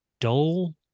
dull